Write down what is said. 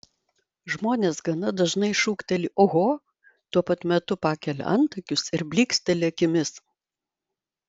žmonės gana dažnai šūkteli oho tuo pat metu pakelia antakius ir blyksteli akimis